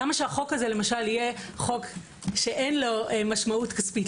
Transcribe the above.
למה שהחוק הזה יהיה חוק שאין לו משמעות כספית?